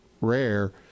rare